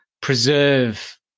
preserve